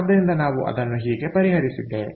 ಆದ್ದರಿಂದ ನಾವು ಅದನ್ನು ಹೀಗೆ ಪರಿಹರಿಸಿದ್ದೇವೆ